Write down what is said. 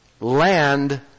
Land